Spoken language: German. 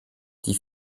die